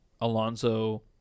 Alonso